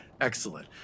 Excellent